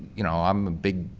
you know, i'm a big,